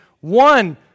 one